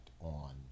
on